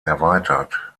erweitert